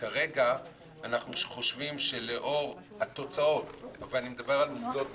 כרגע אנחנו חושבים שלאור התוצאות ואני מדבר על עובדות בשטח,